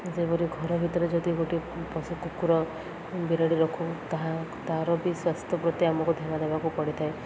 ଯେପରି ଘର ଭିତରେ ଯଦି ଗୋଟେ ପଶୁ କୁକୁର ବିରାଡ଼ି ରଖୁ ତାହା ତା'ର ବି ସ୍ୱାସ୍ଥ୍ୟ ପ୍ରତି ଆମକୁ ଧ୍ୟାନ ଦେବାକୁ ପଡ଼ିଥାଏ